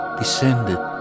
descended